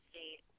State